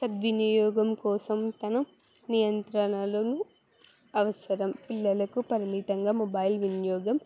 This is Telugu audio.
సద్వినియోగం కోసం తమ నియంత్రణలను అవసరం పిల్లలకు పరిమితంగా మొబైల్ వినియోగం